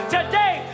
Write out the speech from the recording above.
Today